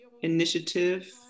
Initiative